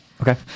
Okay